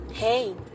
Hey